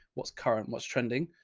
what's current? what's trending?